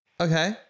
Okay